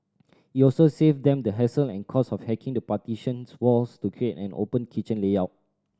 it also save them the hassle and cost of hacking the partitions walls to create an open kitchen layout